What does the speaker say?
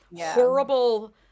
horrible